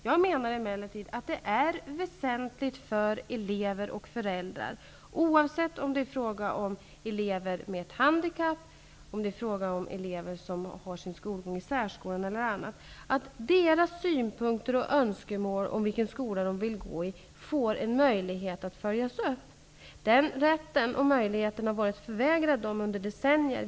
Jag menar emellertid att det är väsentligt för elever och föräldrar, oavsett om det är fråga om elever med handikapp, om det är fråga om elever som har sin skolgång i särskolan, att deras synpunkter och önskemål om vilken skola de vill gå i får en möjlighet att följas upp. Den rätten och möjligheten har förvägrats dem i decennier.